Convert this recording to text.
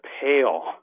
pale